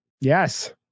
Yes